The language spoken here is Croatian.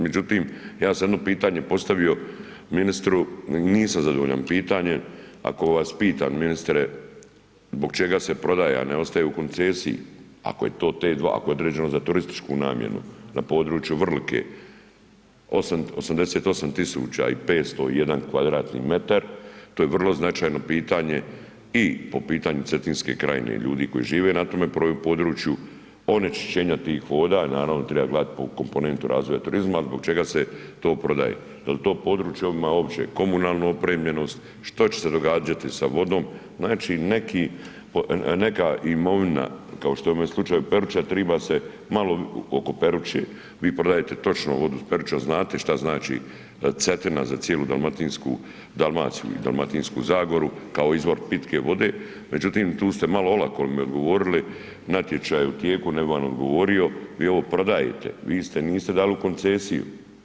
Međutim, ja sam jedno pitanje postavio ministru, nisam zadovoljan pitanjem, ako vas pitam ministre zbog čega se prodaje, a ne ostaje u koncesiji ako je to T2, ako je određeno za turističku namjenu na području Vrlike 88501 m2, to je vrlo značajno pitanje i po pitanju Cetinske krajine, ljudi koji žive na tome području, onečišćenja tih voda, naravno treba gledat po komponentu razvoja turizma, al zbog čega se to prodaje, jel to područje ima opće komunalnu opremljenost, što će se događati sa vodom, znači neka imovina kao što je u ovome slučaju Peruča triba se malo oko Peruče, vi prodajete točno vodu s Peruče, znate šta znači Cetina za cijelu dalmatinsku, Dalmaciju i dalmatinsku zagoru kao izvor pitke vode, međutim tu ste malo olako mi odgovorili, natječaj je u tijeku, ne bi vam odgovorio, vi ovo prodajete, vi ste, niste dali u koncesiju.